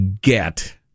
get